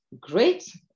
great